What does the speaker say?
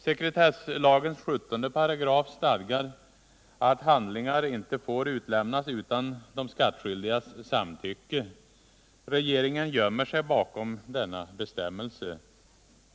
Sekretesslagens 17 § stadgar att handlingar inte får utlämnas utan de skattskyldigas samtycke. Regeringen gömmer sig bakom denna bestämmelse.